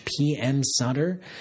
pmsutter